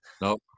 No